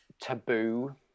taboo